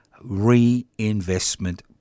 reinvestment